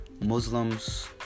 Muslims